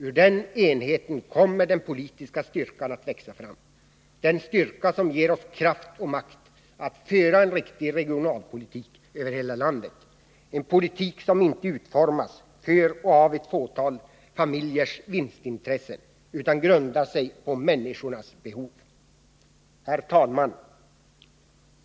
Ur den enheten kommer den politiska styrkan att växa fram — den styrka som ger oss kraft och makt att föra en riktig regionalpolitik över hela landet, en politik som inte utformas för och av ett fåtal familjers vinstintressen utan grundar sig på människornas behov. Herr talman!